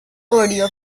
audio